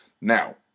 Now